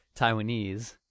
Taiwanese